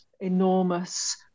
enormous